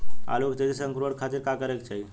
आलू के तेजी से अंकूरण खातीर का करे के चाही?